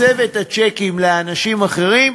הסב את הצ'קים לאנשים אחרים,